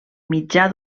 mitjà